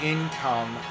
Income